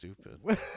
stupid